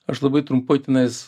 aš labai trumpai tenais